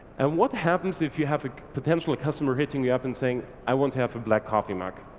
and what happens if you have a potential customer hitting you up and saying i want to have a black coffee mug.